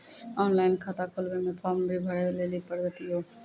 Online खाता खोलवे मे फोर्म भी भरे लेली पड़त यो?